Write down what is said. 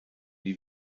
die